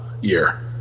year